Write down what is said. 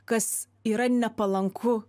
kas yra nepalanku